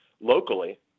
locally